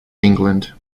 england